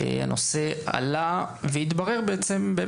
הנושא עלה והתברר בעצם,